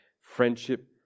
friendship